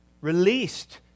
released